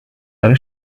داره